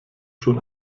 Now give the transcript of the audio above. schon